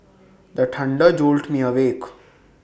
the thunder jolt me awake